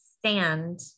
stand